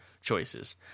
choices